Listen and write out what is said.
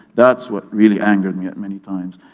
that's what really angered me at many times.